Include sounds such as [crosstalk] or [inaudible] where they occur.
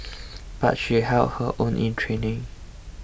[noise] but she held her own in training